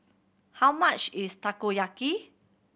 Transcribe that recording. how much is Takoyaki